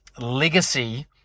legacy